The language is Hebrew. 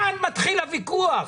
כאן מתחיל הוויכוח.